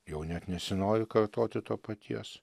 jau net nesinori kartoti to paties